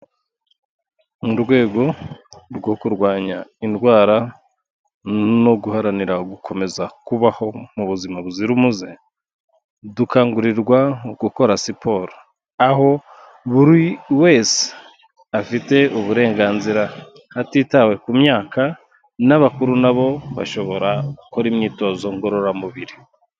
Mu rwego rwo kurwanya indwara no guharanira gukomeza kubaho mu buzima buzira umuze dukangurirwa gukora siporo. Aho buri wese afite uburenganzira hatitawe ku myaka n'abakuru na bo bashobora gukora imyitozo ngororamubiri.